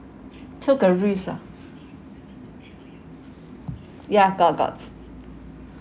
took a risk ah ya got got